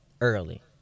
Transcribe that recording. early